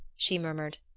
she murmured.